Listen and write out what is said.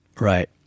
Right